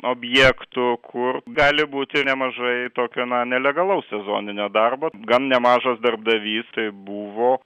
objektų kur gali būti nemažai tokio na nelegalaus sezoninio darbo gan nemažas darbdavys tai buvo